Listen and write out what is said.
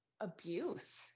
abuse